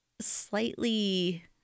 slightly